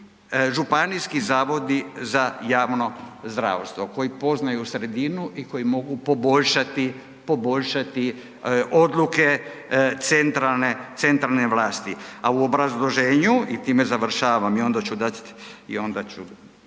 „županijski zavodi za javno zdravstvo“ koji poznaju sredinu i koji mogu poboljšati, poboljšati odluke centralne vlasti. A u obrazloženju i time završavam i onda ću